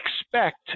expect